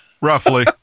Roughly